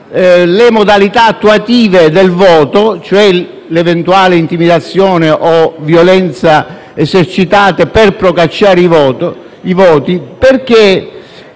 le modalità attuative del voto, cioè l'eventuale intimidazione o violenza esercitate per procacciare i voti, perché